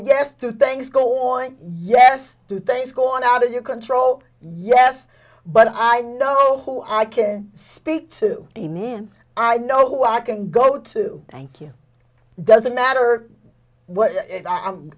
yes to things go on yes to things go on out of your control yes but i know who i can speak to the man i know who i can go to thank you doesn't matter what i'm